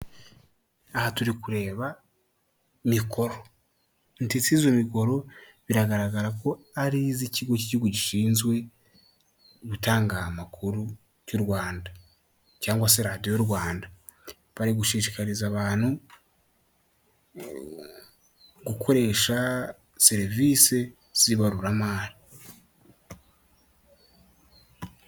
Aha turi kureba mikoro ndetse izo bikoro biragaragara ko ari iz'ikigo cy'igihugu gishinzwe gutanga amakuru cy'u Rwanda cyangwa se radiyo Rwanda, bari gushishikariza abantu gukoresha serivisi z'ibaruramari.